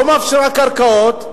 לא מפשירה קרקעות,